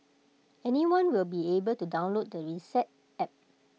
anyone will be able to download the reset app